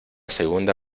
segunda